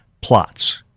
plots